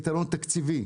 פתרון תקציבי,